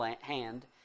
hand